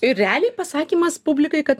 ir realiai pasakymas publikai kad